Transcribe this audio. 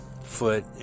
foot